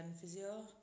Physio